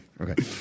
Okay